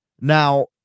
Now